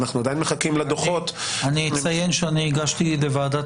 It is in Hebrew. שאנחנו עדין מחכים לדוחות -- אני אציין שהגשתי בקשה בוועדת